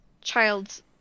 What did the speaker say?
Child's